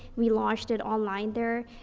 we launched it online there.